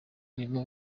irimo